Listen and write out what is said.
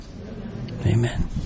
Amen